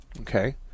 Okay